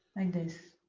and this.